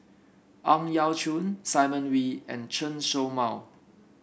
Ang Yau Choon Simon Wee and Chen Show Mao